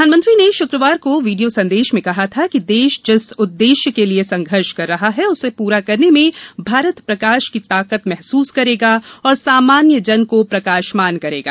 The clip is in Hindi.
प्रधानमंत्री ने शुक्रवार को वीडियो संदेश में कहा था कि देश जिस उद्देश्य के लिए संघर्ष कर रहा है उसे पूरा करने में भारत प्रकाश की ताकत महसूस करेगा और सामान्य जन को प्रकाशमान करेगा